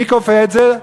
מי כופה את זה?